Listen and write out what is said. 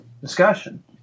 discussion